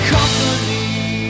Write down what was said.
Company